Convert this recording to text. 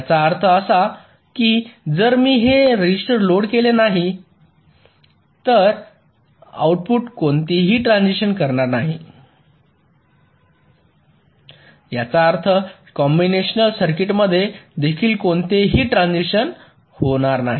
याचा अर्थ असा की जर मी हे रजिस्टर लोड केले नाही तर आउटपुट कोणतीही ट्रान्झिशन करणार नाही ज्याचा अर्थ कॉम्बिनेशनल सर्किटमध्ये देखील कोणतेही ट्रान्झिशन होणार नाही